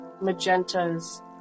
magentas